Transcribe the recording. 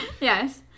Yes